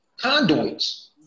conduits